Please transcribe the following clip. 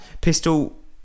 Pistol